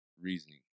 reasoning